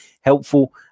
helpful